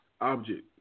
object